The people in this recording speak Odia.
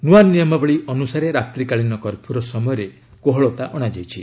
ନୂଆ ନିୟମାବଳୀ ଅନୁସାରେ ରାତ୍ରିକାଳୀନ କର୍ଫ୍ୟୁର ସମୟରେ କୋହଳତା ଅଣାଯାଇଛି